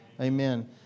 Amen